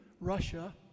Russia